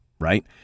right